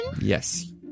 Yes